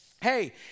hey